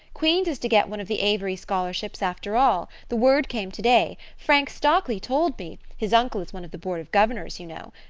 queen's is to get one of the avery scholarships after all. the word came today. frank stockley told me his uncle is one of the board of governors, you know.